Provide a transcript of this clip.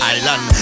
Island